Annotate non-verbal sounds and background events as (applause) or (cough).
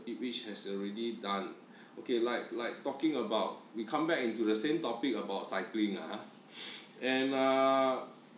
which has already done okay like like talking about we come back into the same topic about cycling a'ah (breath) and uh